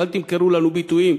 ואל תמכרו לנו ביטויים,